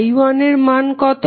I1এর মান কত